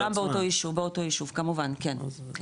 פונים קודם כל לכולם באותו יישוב, כמובן, כן.